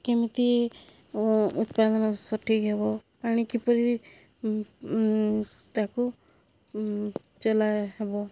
କେମିତି ଉତ୍ପାଦନ ସଠିକ୍ ହେବ ପାଣି କିପରି ତାକୁ ଚଲା ହେବ